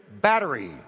battery